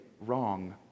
wrong